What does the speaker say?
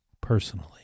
personally